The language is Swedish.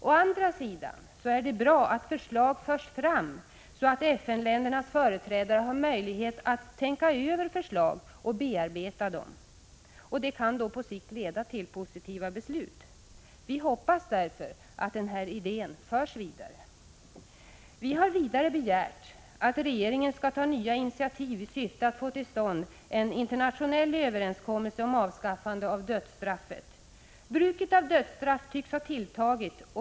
Å andra sidan är det bra att förslag förs fram, så att FN-ländernas företrädare har möjlighet att tänka över förslag och bearbeta dem. Detta kan på sikt leda till positiva beslut. Vi hoppas därför att den här idén förs vidare. Vi har vidare begärt att regeringen skall ta nya initiativ i syfte att få till stånd en internationell överenskommelse om avskaffande av dödsstraffet. Bruket av dödsstraff tycks ha tilltagit.